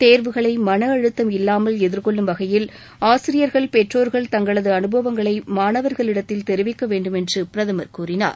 தேர்வுகளை மனஅழுத்தம் இல்லாமல் எதிர்கொள்ளும் வகையில்ஆசிரியர்கள் பெற்றோர்கள் தங்களது அனுபவங்களை மாணவர்களிடத்தில் தெரிவிக்க வேண்டுமென்று பிரதமர் கூறினார்